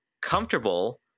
comfortable